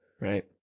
Right